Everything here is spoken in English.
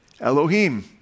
Elohim